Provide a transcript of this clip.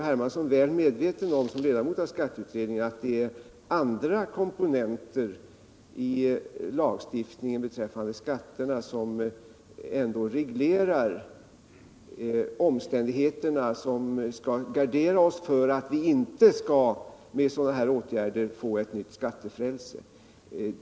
Hermansson, som ledamot av skatteutredningen, väl medveten om att det är andra komponenter i lagstiftningen som reglerar de omständigheter som skall gardera oss mot att vi genom sådana här åtgärder får ett nytt skattefrälse.